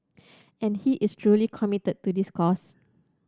and he is truly committed to this cause